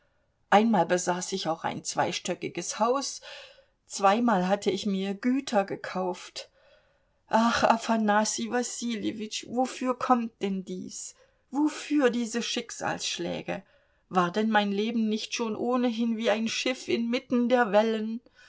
einmal besaß ich auch ein zweistöckiges haus zweimal hatte ich mir güter gekauft ach afanassij wassiljewitsch wofür kommt denn dies wofür diese schicksalsschläge war denn mein leben nicht schon ohnehin wie ein schiff inmitten der wellen